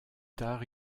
tard